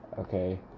okay